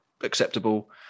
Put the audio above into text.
acceptable